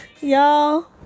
Y'all